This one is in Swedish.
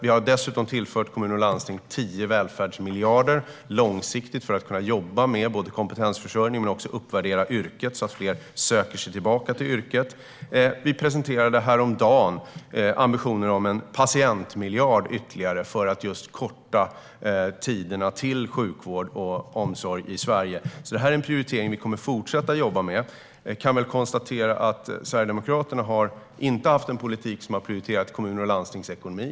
Vi har dessutom tillfört kommuner och landsting 10 välfärdsmiljarder långsiktigt för att man ska kunna jobba med kompetensförsörjning men också uppvärdera yrket så att fler söker sig tillbaka till det. Vi presenterade häromdagen ambitionen om en patientmiljard ytterligare för att korta tiderna till sjukvård och omsorg i Sverige. Det här är en prioritering vi kommer att fortsätta jobba med. Jag kan konstatera att Sverigedemokraterna inte har haft en politik som har prioriterat kommuners och landstings ekonomi.